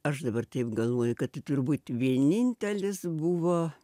aš dabar taip galvoju kad turbūt vienintelis buvo